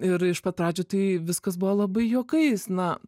ir iš pat pradžių tai viskas buvo labai juokais na